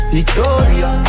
Victoria